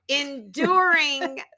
Enduring